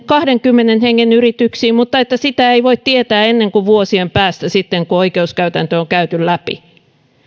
kahdenkymmenen hengen yrityksiin mutta sitä ei voi tietää ennen kuin vuosien päästä sitten kun oikeuskäytäntö on käyty läpi